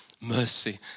mercy